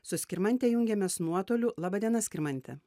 su skirmante jungiamės nuotoliu laba diena skirmante